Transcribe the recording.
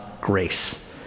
grace